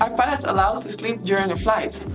ah pilots allowed to sleep during a flight?